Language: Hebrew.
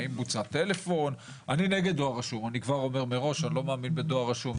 אני אומר מראש: אני לא מאמין בדואר רשום.